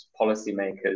policymakers